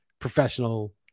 professional